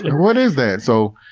what is that? so,